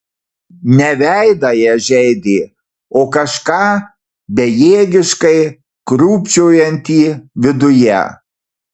ne veidą jie žeidė o kažką bejėgiškai krūpčiojantį viduje